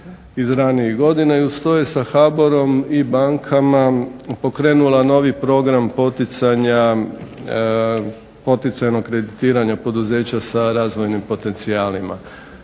iz ranijih godina i uz to je sa HBOR-om i bankama pokrenula novi program poticajnog kreditiranja poduzeća sa razvojnim potencijalima.